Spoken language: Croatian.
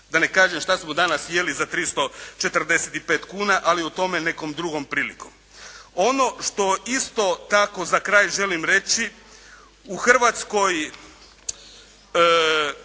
da ne kažem što smo danas jeli za 345 kuna, ali o tome nekom drugom prilikom. Ono što isto tako za kraj želim reći, u Hrvatskoj